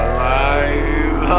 Alive